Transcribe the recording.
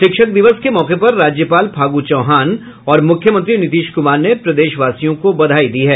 शिक्षक दिवस के मौके पर राज्यपाल फागू चौहान और मुख्यमंत्री नीतीश कुमार ने प्रदेशवासियों को बधाई दी है